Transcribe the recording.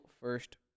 first